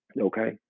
Okay